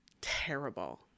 terrible